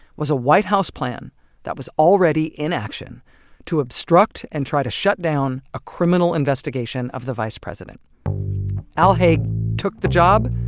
was a white house plan that already in action to obstruct and try to shutdown a criminal investigation of the vice president al haig took the job,